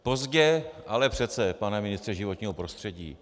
Pozdě, ale přece, pane ministře životního prostředí.